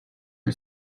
are